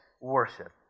worship